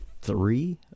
three